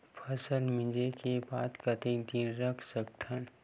फसल मिंजे के बाद कतेक दिन रख सकथन?